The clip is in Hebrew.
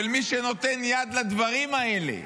של מי שנותן יד לדברים האלה,